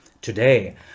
Today